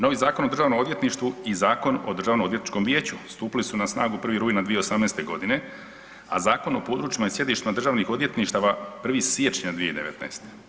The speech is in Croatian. Novi Zakon o državnom odvjetništvu i Zakon o Državnom odvjetničkom vijeću stupili su na snagu 1. rujna 2018. godine, a zakon o područjima i sjedištima državnih odvjetništava 1. siječnja 2019.